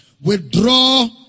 withdraw